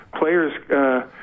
players